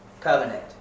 covenant